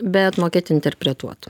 bet mokėti interpretuot